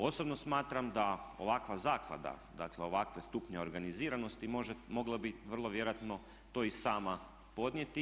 Osobno smatram da ovakva zaklada, dakle ovakav stupanj organiziranosti mogla bi vrlo vjerojatno to i sama podnijeti.